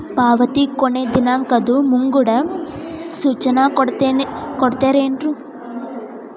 ಪಾವತಿ ಕೊನೆ ದಿನಾಂಕದ್ದು ಮುಂಗಡ ಸೂಚನಾ ಕೊಡ್ತೇರೇನು?